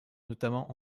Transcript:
notamment